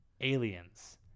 Aliens